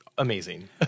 Amazing